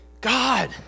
God